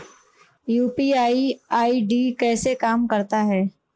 UPI ID कैसे काम करता है?